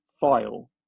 file